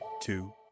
two